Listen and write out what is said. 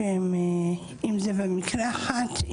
אם זה במקלחת,